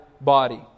body